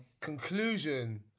Conclusion